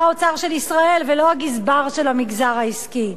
האוצר של ישראל ולא הגזבר של המגזר העסקי.